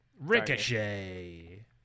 Ricochet